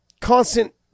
constant